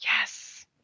Yes